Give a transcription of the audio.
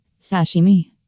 Sashimi